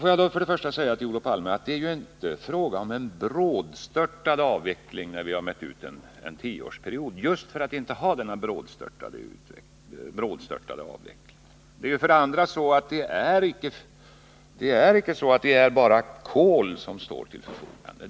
För det första vill jag säga att det ju inte är fråga om någon brådstörtad avveckling av kärnkraften när vi har mätt ut en tioårsperiod, utan det är just för att slippa denna brådstörtade avveckling som vi gjort det. För det andra är det icke bara kol som står till vårt förfogande.